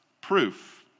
proof